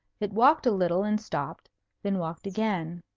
it walked a little and stopped then walked again.